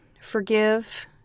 forgive